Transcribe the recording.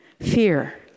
Fear